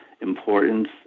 importance